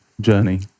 Journey